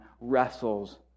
wrestles